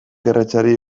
erretzeari